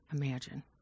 imagine